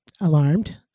alarmed